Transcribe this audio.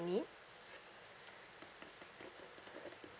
you need